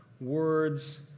words